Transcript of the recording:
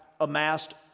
amassed